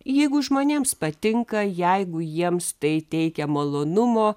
jeigu žmonėms patinka jeigu jiems tai teikia malonumo